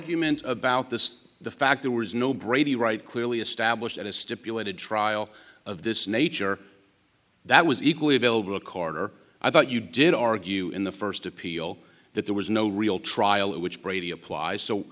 argument about this the fact there was no brady right clearly established at a stipulated trial of this nature that was equally available corner i thought you did argue in the first appeal that there was no real trial which brady applies so